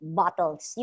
bottles